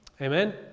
Amen